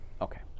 Okay